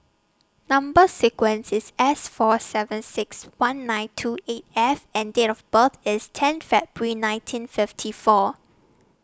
Number sequence IS S four seven six one nine two eight F and Date of birth IS ten February nineteen fifty four